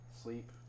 sleep